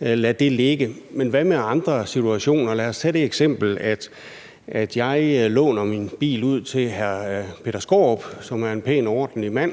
Lad det ligge. Men hvad med andre situationer? Lad os tage det eksempel, at jeg låner min bil ud til hr. Peter Skaarup, som er en pæn og ordentlig mand,